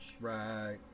Right